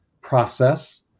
process